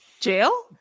Jail